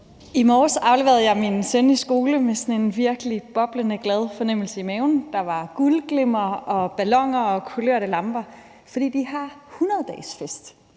I morges afleverede jeg min søn i skole med sådan en virkelig boblende glad fornemmelse i maven. Der var guldglimmer, balloner og kulørte lamper, fordi de har 100-dagesfest.